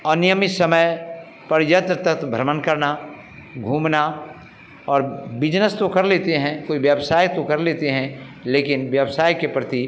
अनियमित समय पर यत्र तत्र भ्रमण करना घूमना और बिजनस तो कर लेते हैं कोई व्यवसाय तो कर लेते हैं लेकिन व्यवसाय के प्रती